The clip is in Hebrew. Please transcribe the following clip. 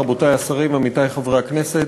רבותי השרים ועמיתי חברי הכנסת,